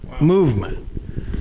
movement